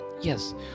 Yes